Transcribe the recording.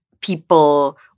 people